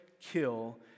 kill